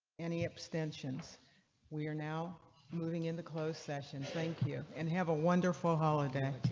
any abstentions we are now moving in the closed session. thank you. and have a wonderful holiday.